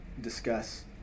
discuss